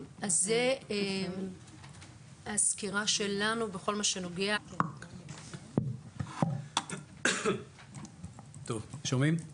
זו הסקירה שלנו בכל מה שנוגע לפרק על התנהלות משטרת ישראל והנהלת